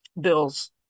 bills